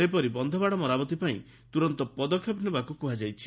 ସେହିପରି ବନ୍ଧବାଡ ମରାମତି ପାଇଁ ତୁରନ୍ତ ପଦକେପ ନେବାକୁ କୁହାଯାଇଛି